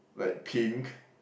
like pink